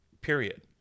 period